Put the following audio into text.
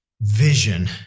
vision